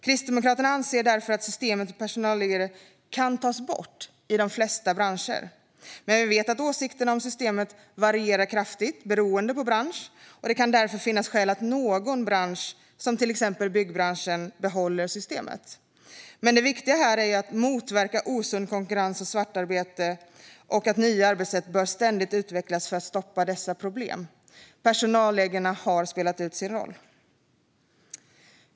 Kristdemokraterna anser därför att systemet med personalliggare kan tas bort i de flesta branscher. Men vi vet att åsikterna om systemet varierar kraftigt beroende på bransch. Det kan därför finnas skäl att någon bransch, som till exempel byggbranschen, behåller systemet. Det viktiga här är att motverka osund konkurrens och svartarbete, och nya arbetssätt bör ständigt utvecklas för att stoppa dessa problem. Personalliggarna har spelat ut sin roll.